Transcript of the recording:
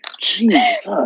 Jesus